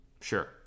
Sure